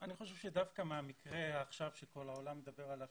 אני חושב שדווקא מהמקרה עכשיו שכל העולם מדבר עליו,